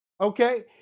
okay